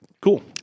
Cool